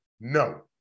no